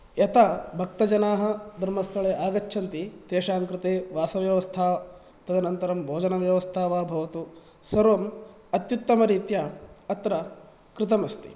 यथा भक्तजनाः धर्मस्थले आगच्छन्ति तेषां कृते वासव्यवस्था तदन्तरं भोजनव्यवस्था वा भवतु सर्वम् अत्युत्तमरीत्या अत्र कृतम् अस्ति